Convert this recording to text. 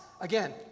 Again